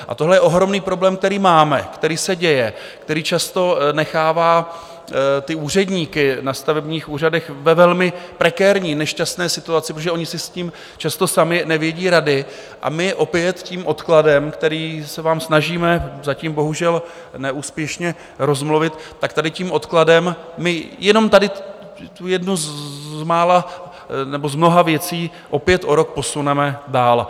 A tohle je ohromný problém, který máme, který se děje, který často nechává úředníky na stavebních úřadech ve velmi prekérní, nešťastné situaci, protože oni si s tím často sami nevědí rady, a my opět tím odkladem, který se vám snažíme, zatím bohužel neúspěšně rozmluvit, tak tady tím odkladem my, jenom tady tu jednu z mnoha věcí opět o rok posuneme dál.